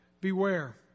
Beware